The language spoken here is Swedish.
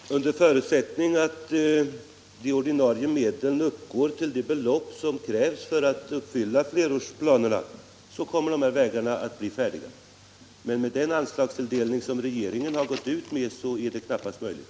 Herr talman! Under förutsättning att'de ordinarie medlen uppgår till de belopp som krävs för att uppfylla flerårsplanerna kommer vägarna att bli färdiga. Men med den anslagstilldelning som regeringen har gått ut med är det knappast möjligt.